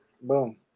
boom